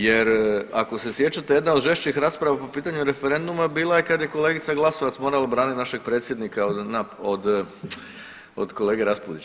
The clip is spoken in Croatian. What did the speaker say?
Jer ako se sjećate jedna od žešćih rasprava po pitanju referenduma bila je kad je kolegica Glasovac morala branit našeg predsjednika od kolege Raspudića.